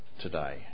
today